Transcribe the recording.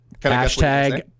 Hashtag